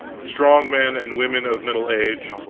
strong men and women of middle age,